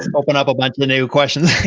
and open up a bunch of new questions.